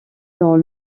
dans